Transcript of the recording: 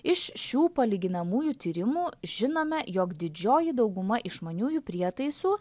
iš šių palyginamųjų tyrimų žinome jog didžioji dauguma išmaniųjų prietaisų